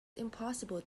impossible